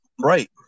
Right